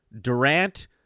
Durant